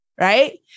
right